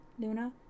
Luna